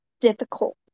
difficult